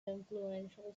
influential